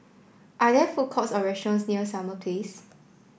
are there food courts or restaurants near Summer Place